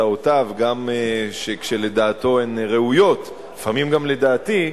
להצעותיו, גם כשלדעתו הן ראויות, לפעמים גם לדעתי.